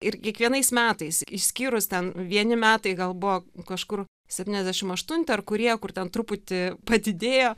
ir kiekvienais metais išskyrus ten vieni metai gal buo kažkur septyniasdešim aštunti ar kurie kur ten truputį padidėjo